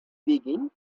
begin